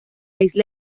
isla